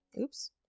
Oops